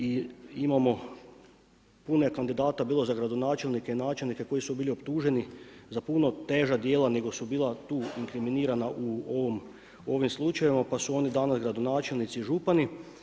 I imamo, puno je kandidata bilo za gradonačelnike i načelnike koji su bili optuženi za puno teža djela nego su bila tu inkriminirana u ovim slučajevima pa su oni danas gradonačelnici i župani.